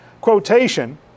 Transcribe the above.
quotation